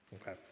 Okay